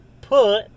put